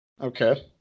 Okay